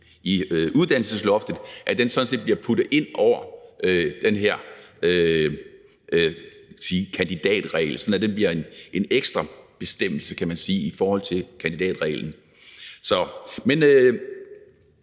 i uddannelsesloftet, sådan set bliver puttet ind over den her kandidatregel, sådan at den bliver en ekstra bestemmelse i forhold til kandidatreglen. Men